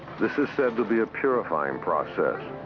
this is said to be a purifying process,